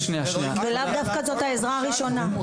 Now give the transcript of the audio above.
ולאו דווקא זאת העזרה הראשונה.